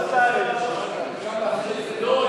אל תעלה, אפשר, לא.